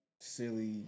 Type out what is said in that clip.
silly